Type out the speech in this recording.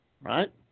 Right